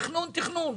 תכנון, תכנון.